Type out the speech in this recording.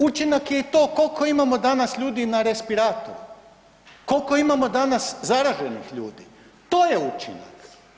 Učinak je i to koliko imamo danas ljudi na respiratoru, koliko imamo danas zaraženih ljudi, to je učinak.